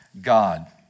God